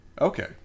Okay